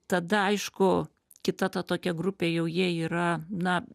tada aišku kita ta tokia grupė jau jie yra na